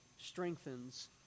strengthens